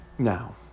Now